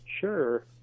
sure